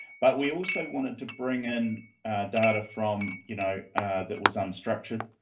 but we also wanted to bring in data from you know that was unstructured.